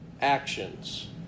actions